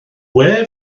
gwe